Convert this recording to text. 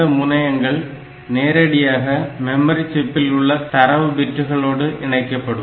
இந்த முனையங்கள் நேரடியாக மெமரி சிப்பில் உள்ள தரவு பிட்களோடு இணைக்கப்படும்